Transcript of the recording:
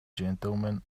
gentlemen